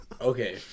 Okay